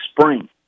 spring